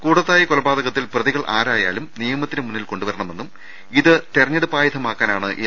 കൂടത്തായി കൊലപാതകത്തിൽ പ്രതികൾ ആരായാലും നിയ മത്തിന് മുന്നിൽ കൊണ്ടുവരണമെന്നും ഇത് തെരഞ്ഞെ ടുപ്പ് ആയുധമാക്കാനാണ് എൽ